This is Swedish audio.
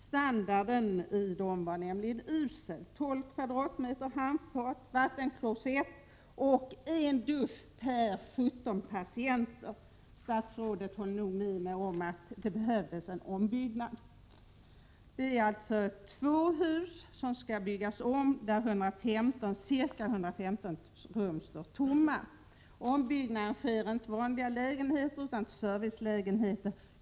Standarden på dem var nämligen urusel: 12 m?, handfat och vattenklosett samt dusch att dela på för 17 personer. Statsrådet håller nog med om att det behövs en ombyggnad. I de två hus som nu töms för ombyggnad finns ca 115 tomma rum. Ombyggnaden sker inte till vanliga lägenheter, utan till servicelägenheter.